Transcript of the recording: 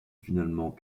finalement